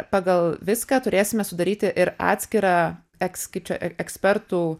pagal viską turėsime sudaryti ir atskirą eks kai čia ekspertų